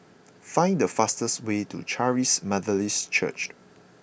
find the fastest way to Charis Methodist Church